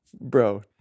Bro